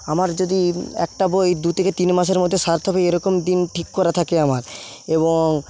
আমার যদি একটা বই দু থেকে তিন মাসের মধ্যে সারতে হবে এরকম দিন ঠিক করা থাকে আমার এবং